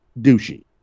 Douchey